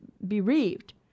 bereaved